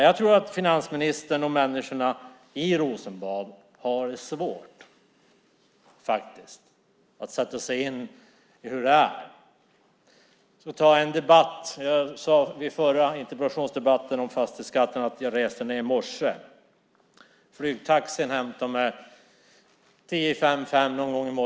Jag tror att finansministern och människorna i Rosenbad har svårt att sätta sig in i hur det är. I den tidigare interpellationsdebatten, den om fastighetsskatten, sade jag att jag reste ned till Stockholm i morse. Flygtaxin hämtade mig omkring klockan fem.